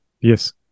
Yes